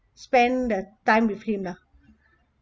spend the time with him lah